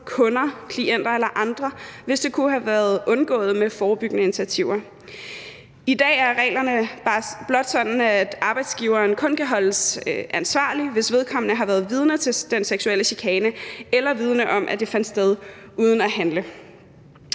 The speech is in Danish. kunder, klienter eller andre, hvis det kunne have været undgået med forebyggende initiativer. I dag er reglerne blot sådan, at arbejdsgiveren kun kan holdes ansvarlig, hvis vedkommende har været vidne til den seksuelle chikane eller vidende om, at det fandt sted, uden at handle.